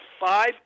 five